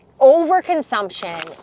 overconsumption